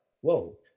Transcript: whoa